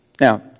Now